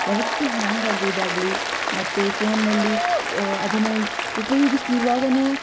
ಯಾವತ್ತೂ ಹ್ಯಾಂಗ್ ಆಗುವುದಾಗ್ಲಿ ಮತ್ತು ಫೋನ್ನಲ್ಲಿ ಅದನ್ನು ಉಪಯೋಗಿಸ್ತಿರುವಾಗಲೇ